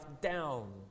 down